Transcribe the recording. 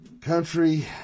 country